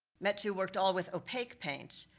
metsu worked all with opaque paints,